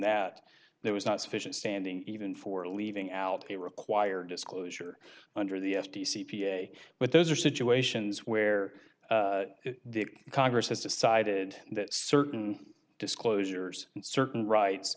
that there was not sufficient standing even for leaving out they require disclosure under the f t c but those are situations where the congress has decided that certain disclosures and certain rights